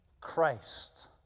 Christ